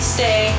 Stay